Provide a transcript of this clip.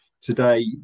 today